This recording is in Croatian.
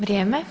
Vrijeme.